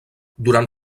durant